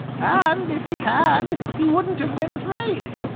and if he had he wouldn't have been afraid.